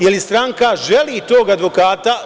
Jel stranka želi tog advokata?